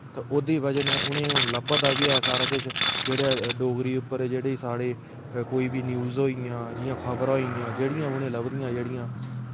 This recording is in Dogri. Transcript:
ओह्दी बजह कन्नै उनेंगी हून लब्भा दा बी ऐ सारा किश जेह्ड़ी डोगरी उप्पर जेह्ड़ी साढ़ी कोई बी न्यूज़ होइयां जियां खबरां होइयां जेह्ड़ियां उनेंगी लभदियां जेह्ड़ियां